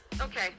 Okay